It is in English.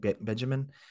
Benjamin